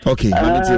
Okay